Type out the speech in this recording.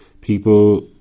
People